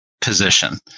position